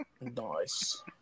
Nice